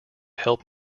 help